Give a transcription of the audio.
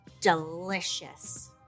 delicious